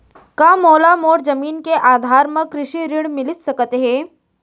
का मोला मोर जमीन के आधार म कृषि ऋण मिलिस सकत हे?